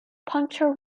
puncture